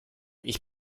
ich